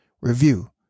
review